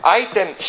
item